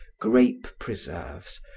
grape preserves,